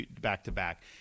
back-to-back